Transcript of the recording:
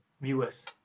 viewers